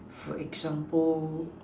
for example